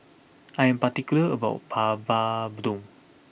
I am particular about Papadum